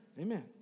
Amen